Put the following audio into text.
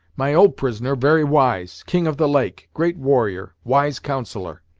my old prisoner very wise king of the lake great warrior, wise counsellor!